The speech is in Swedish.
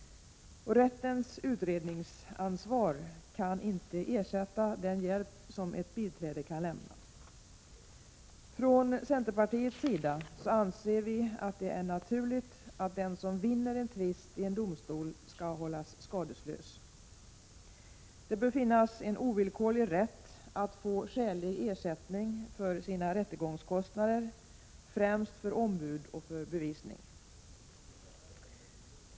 Rättens utredningsansvar kan inte ersätta den hjälp som ett biträde kan lämna. Från centerpartiets sida anser vi att det är naturligt att den som vinner en tvist i en domstol skall hållas skadeslös. Det bör finnas en ovillkorlig rätt att få skälig ersättning för sina rättegångskostnader, främst kostnader för ombud och för bevisning.